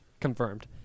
Confirmed